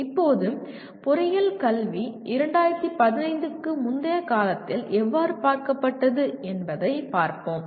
இப்போது பொறியியல் கல்வி 2015 க்கு முந்தைய காலத்தில் எவ்வாறு பார்க்கப்பட்டது என்பதைப் பார்ப்போம்